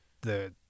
the-